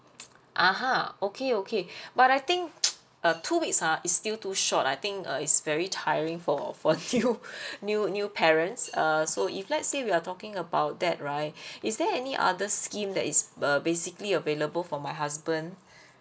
ah ha okay okay but I think uh two weeks ha is still too short I think uh it's very tiring for for new new new parents uh so if let's say we are talking about that right is there any other scheme that is uh basically available for my husband